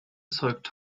zeugt